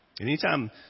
anytime